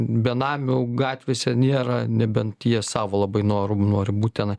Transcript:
benamių gatvėse nėra nebent jie savo labai noru nori būt tenai